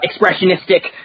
expressionistic